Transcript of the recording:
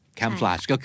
camouflage